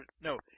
no